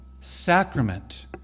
sacrament